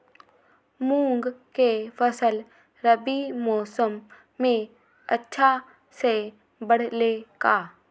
मूंग के फसल रबी मौसम में अच्छा से बढ़ ले का?